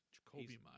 Jacoby